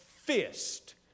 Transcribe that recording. fist